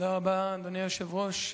אדוני היושב-ראש,